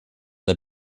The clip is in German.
der